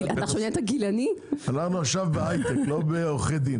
אנחנו עכשיו בהיי-טק ולא בעורכי דין.